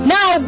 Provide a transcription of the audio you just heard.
Now